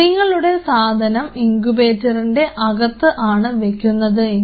നിങ്ങളുടെ സാധനം ഇങ്കുബേറ്ററീൻറെ അകത്ത് ആണ് വെക്കുന്നത് എങ്കിൽ